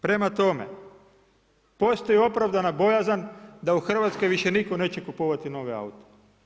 Prema tome, postoji opravdana bojazan da u Hrvatskoj više nitko neće kupovati nove aute.